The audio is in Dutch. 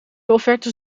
offertes